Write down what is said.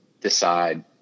decide